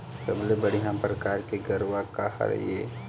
सबले बढ़िया परकार के गरवा का हर ये?